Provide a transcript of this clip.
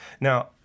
Now